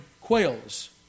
quails